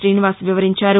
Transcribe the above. శ్రీనివాస్ వివరించారు